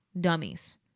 dummies